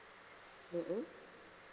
mm mm